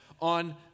on